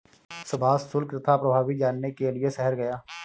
सुभाष शुल्क तथा प्रभावी जानने के लिए शहर गया